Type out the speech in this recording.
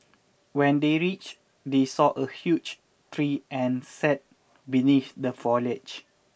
when they reached they saw a huge tree and sat beneath the foliage